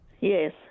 Yes